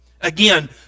again